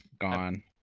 gone